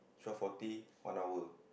twelve Forty One hour